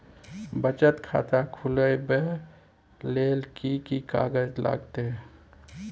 बचत खाता खुलैबै ले कि की कागज लागतै?